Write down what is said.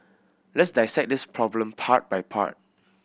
let's dissect this problem part by part